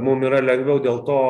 mum yra lengviau dėl to